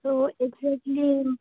औ एगजेक्टलि